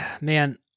man